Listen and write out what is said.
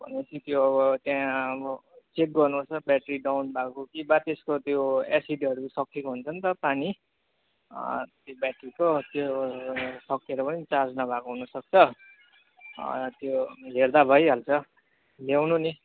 भनेपछि त्यो अब त्यहाँ अब चेक गर्नु पर्छ ब्याट्री डाउन भएको हो कि बा त्यसको त्यो एसिडहरू सकिएको हुन्छ नि त पानी त्यो ब्याट्रीको त्यो सकिएर पनि चार्ज नभएको हुनु सक्छ त्यो हेर्दा भइहाल्छ ल्याउनु नि